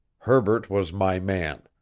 herbert was my man.